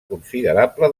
considerable